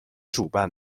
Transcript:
主办